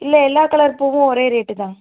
இல்லை எல்லா கலர் பூவும் ஒரே ரேட்டு தான்